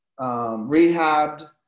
rehabbed